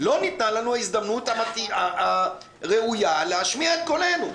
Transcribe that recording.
לא ניתנה לנו הזדמנות הראויה להשמיע את קולנו.